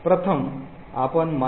प्रथम आपण mylib